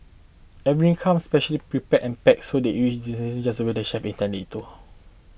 every comes specially prepared and packed so that it reaches its destination just the way the chef intend it to